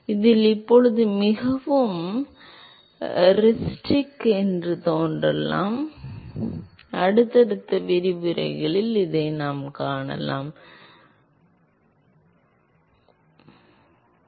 இதில் இது இப்போது மிகவும் ஹூரிஸ்டிக் என்று தோன்றலாம் ஆனால் அடுத்தடுத்த விரிவுரைகளில் கிட்டத்தட்ட அனைத்து வடிவவியலும் மற்றும் நீங்கள் கருதும் அனைத்து பிரச்சனைகளும் நீங்கள் வழக்கமாகப் பெறும் அளவுகோலாக இருப்பதைக் காண்பீர்கள்